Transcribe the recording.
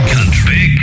Country